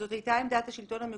וזאת הייתה עמדת השלטון המקומי,